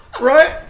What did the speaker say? Right